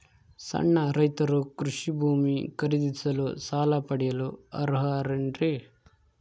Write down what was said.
ಸಣ್ಣ ರೈತರು ಕೃಷಿ ಭೂಮಿ ಖರೇದಿಸಲು ಸಾಲ ಪಡೆಯಲು ಅರ್ಹರೇನ್ರಿ?